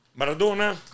Maradona